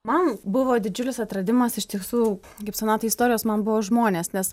man buvo didžiulis atradimas iš tiesų kaip sonatai istorijos man buvo žmonės nes